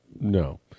No